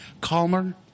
calmer